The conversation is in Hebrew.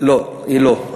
לא, היא לא.